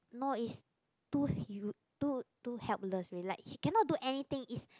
no is too too too helpless already like he cannot anything is